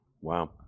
Wow